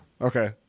Okay